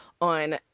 on